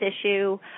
issue